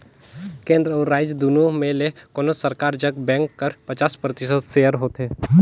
केन्द्र अउ राएज दुनो में ले कोनोच सरकार जग बेंक कर पचास परतिसत सेयर होथे